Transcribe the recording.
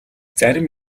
зарим